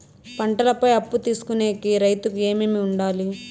పంటల పై అప్పు తీసుకొనేకి రైతుకు ఏమేమి వుండాలి?